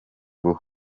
ruhu